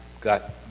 got